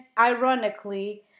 ironically